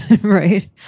Right